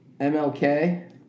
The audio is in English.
MLK